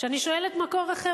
כשאני שואלת מקור אחר,